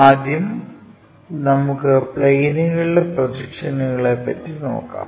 ആദ്യം നമുക്കു പ്ളേനുകളുടെ പ്രൊജക്ഷനുകളെ പറ്റി നോക്കാം